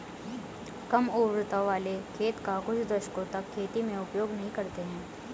कम उर्वरता वाले खेत का कुछ दशकों तक खेती में उपयोग नहीं करते हैं